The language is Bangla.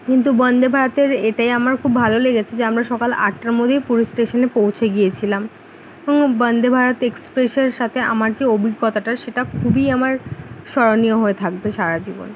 কিন্তু বন্দে ভারতের এটাই আমার খুব ভালো লেগেছে যে আমরা সকাল আটটার মধ্যেই পুরী স্টেশনে পৌঁছে গিয়েছিলাম আমার বন্দে ভারত এক্সপ্রেসের সাথে আমার যে অভিজ্ঞতাটা সেটা খুবই আমার স্মরণীয় হয়ে থাকবে সারা জীবন